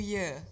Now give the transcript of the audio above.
Year